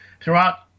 throughout